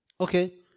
Okay